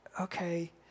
okay